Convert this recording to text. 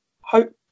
hope